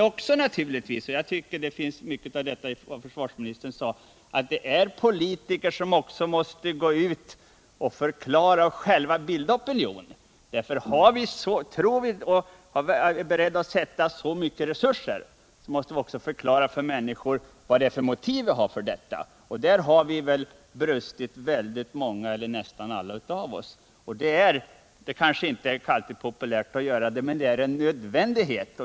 Jag tycker det ligger mycket i vad försvarsministern sade, nämligen att politikerna måste förklara och själva bilda opinion. Är vi beredda att sätta till så mycket resurser, måste vi också förklara för människor vad vi har för motiv för detta. Där har väl nästan alla av oss brustit. Det kanske inte alltid är populärt att göra det, men det är en nödvändighet.